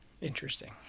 Interesting